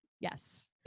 Yes